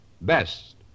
best